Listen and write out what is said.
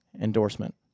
endorsement